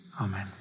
Amen